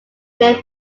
men